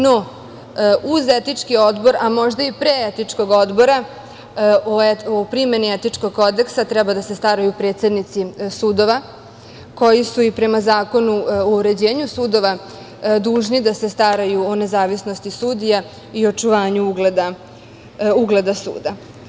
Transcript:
No, uz Etički odbor, a možda i pre Etičkog odbora, o primeni Etičkog kodeksa treba da se staraju predsednici sudova koji su i prema Zakonu o uređenju sudova dužni da se staraju o nezavisnosti sudija i očuvanju ugleda suda.